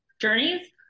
journeys